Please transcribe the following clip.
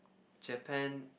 Japan